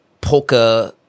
polka